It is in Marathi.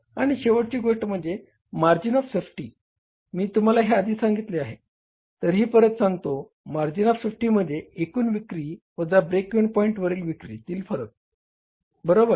आणि शेवटची गोष्ट म्हणजे मार्जिन ऑफ सेफ्टी मी तुम्हाला हे आधी सांगितले आहे तरीही परत सांगतो मार्जिन ऑफ सेफ्टी म्हणजे एकूण विक्री वजा ब्रेक इव्हन पॉईंटवरील विक्रीतील फरक बरोबर